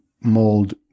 mold